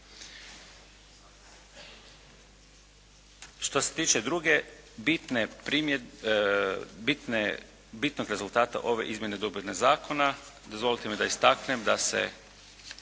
Što se tiče drugog bitnog rezultata ove Izmjene i dopune zakona, dozvolite mi da istaknem da se